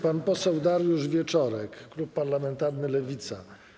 Pan poseł Dariusz Wieczorek, klub parlamentarny Lewica.